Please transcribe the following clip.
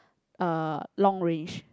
uh long range